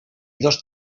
dos